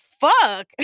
fuck